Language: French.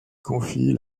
confie